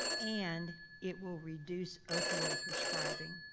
and it will reduce opioid prescribing.